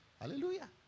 Hallelujah